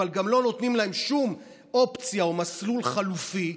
אבל גם לא נותנים להם שום אופציה או מסלול חלופי.